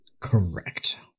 Correct